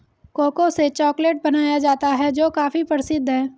cocoa से chocolate बनाया जाता है जो काफी प्रसिद्ध है